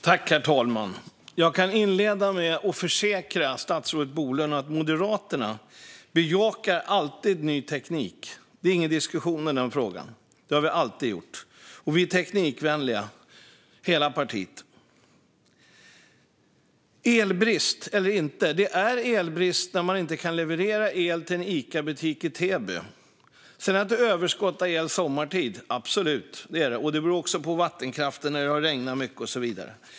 Herr talman! Jag kan inleda med att försäkra statsrådet Bolund att Moderaterna alltid bejakar ny teknik. Det är ingen diskussion om den frågan. Det har vi alltid gjort. Hela partiet är teknikvänligt. Är det elbrist eller inte? Det är elbrist när man inte kan leverera el till en Icabutik i Täby. Sedan kan det absolut vara överskott av el sommartid. Det beror på vattenkraften när det har regnat mycket och så vidare.